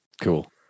Cool